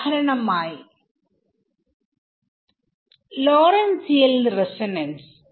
ഉദാഹരണമായി Lorentzian resonances